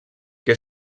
que